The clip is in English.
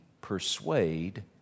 persuade